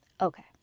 Okay